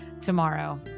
tomorrow